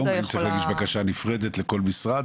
האם צריך להגיש בקשה נפרדת לכל משרד,